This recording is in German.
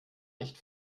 nicht